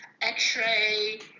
x-ray